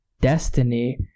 destiny